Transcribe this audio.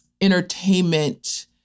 entertainment